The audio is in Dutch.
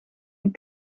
een